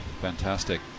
fantastic